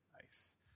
Nice